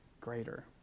greater